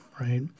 right